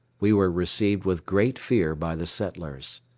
we were received with great fear by the settlers.